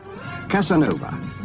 Casanova